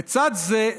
לצד זה,